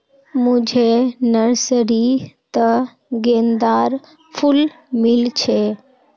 मुझे नर्सरी त गेंदार फूल मिल छे